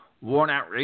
worn-out